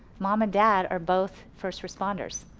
mom and dad, are both first responders.